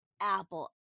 Apple